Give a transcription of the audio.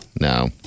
no